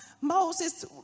Moses